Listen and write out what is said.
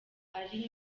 ari